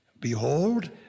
Behold